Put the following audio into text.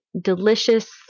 delicious